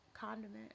Condiment